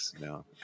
No